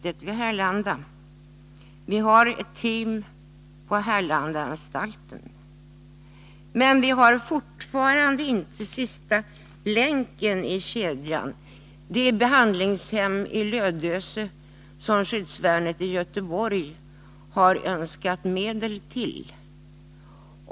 Det finns ett behandlingsteam på Härlandaanstalten. Fortfarande saknas sista länken i kedjan, nämligen det behandlingshem i Lödöse som skyddsvärnet i Göteborg har önskat få medel till.